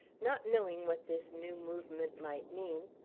not knowing what this new movement might mean,